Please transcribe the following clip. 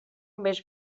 més